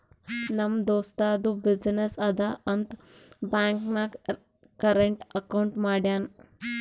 ನಮ್ ದೋಸ್ತದು ಬಿಸಿನ್ನೆಸ್ ಅದಾ ಅಂತ್ ಬ್ಯಾಂಕ್ ನಾಗ್ ಕರೆಂಟ್ ಅಕೌಂಟ್ ಮಾಡ್ಯಾನ್